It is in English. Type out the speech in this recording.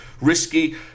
risky